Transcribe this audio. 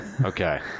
Okay